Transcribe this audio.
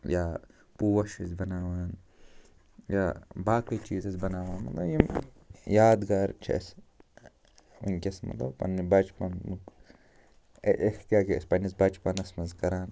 یا پوش ٲسۍ بناوان یا باقٕے چیٖز ٲسۍ بناوان مطلب یِم یادگار چھِ اَسہِ وُنکٮ۪س مطلب پَنٕنہِ بچپَنُک أسۍ کیٛاہ کیٛاہ ٲسۍ پَنٕنِس بَچپََنَس منٛز کَران